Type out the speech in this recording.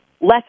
less